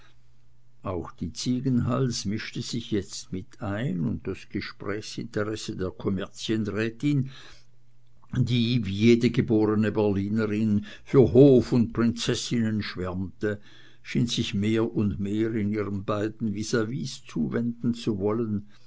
auch die ziegenhals mischte sich jetzt mit ein und das gesprächsinteresse der kommerzienrätin die wie jede geborene berlinerin für hof und prinzessinnen schwärmte schien sich mehr und mehr ihren beiden visavis zuwenden zu wollen